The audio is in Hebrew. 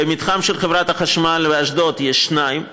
במתחם של חברת החשמל באשדוד יש שניים,